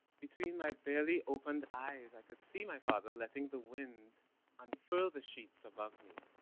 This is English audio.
between my barely opened eyes i could see my father letting the wind unfurl the sheets above me,